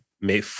Mais